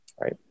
right